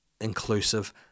inclusive